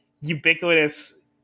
ubiquitous